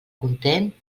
content